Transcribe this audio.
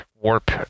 warp